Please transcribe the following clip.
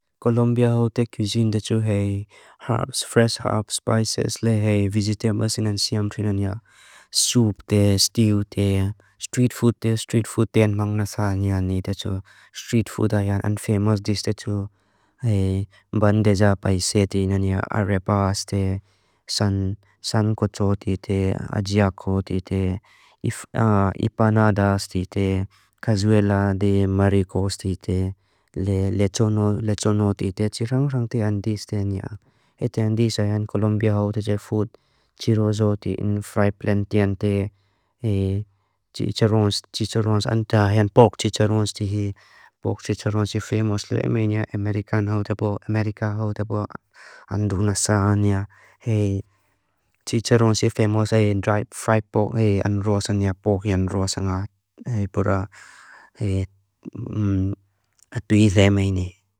Colombia hote cuisine da tsu hei, herbs, fresh herbs, spices le hei, vegetables inan siam prae na nia, soup te, stew te, street food te, street food ten mang na saa nia ni da tsu, street food aya, and famous dis da tsu hei, bandeja paise te ina nia, arepas te, sancocho te te, ajiako te te, ipanadas te te, cazuela de maricos te te, le tsono, le tsono te, te tsi rang rang te andis te nia, and andis ayan Colombia hote food, tiroso te in frae plantien te, chicharons, chicharons anda ayan poc chicharons te hei, poc chicharons se famous lo hei mea, america hote po, america hote po, anduna saa anya, chicharons se famous fried poc, andua saa nia, poc andua saa nga, pura tui zemeine.